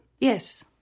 Yes